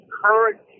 current